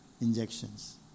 injections